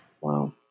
Wow